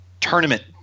tournament